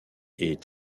est